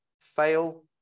fail